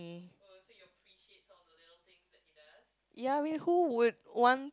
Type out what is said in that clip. ya I mean who would want